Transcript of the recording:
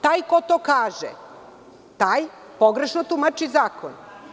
Taj ko to kaže, taj pogrešno tumači zakon.